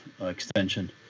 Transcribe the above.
extension